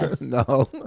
No